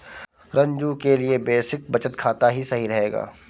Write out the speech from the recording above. रंजू के लिए बेसिक बचत खाता ही सही रहेगा